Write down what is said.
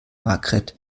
margret